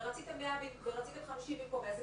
ורציתם 50 מטרים במקום 100 מטרים.